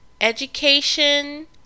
education